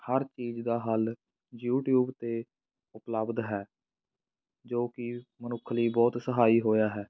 ਹਰ ਚੀਜ਼ ਦਾ ਹੱਲ ਯੂਟਿਊਬ 'ਤੇ ਉਪਲਬਧ ਹੈ ਜੋ ਕਿ ਮਨੁੱਖ ਲਈ ਬਹੁਤ ਸਹਾਈ ਹੋਇਆ ਹੈ